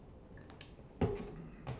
oh ya that that's true